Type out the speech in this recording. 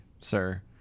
sir